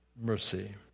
mercy